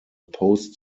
post